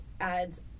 adds